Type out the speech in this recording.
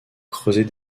creuser